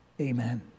amen